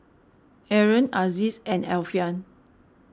Aaron Aziz and Alfian